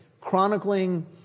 chronicling